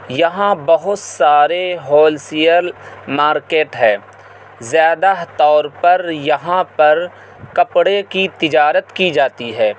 یہاں بہت سارے ہول سیل مارکیٹ ہے زیادہ طور پور پر یہاں پر کپڑے کی تجارت کی جاتی ہے